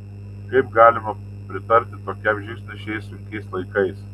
kaip galima pritarti tokiam žingsniui šiais sunkiais laikais